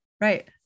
right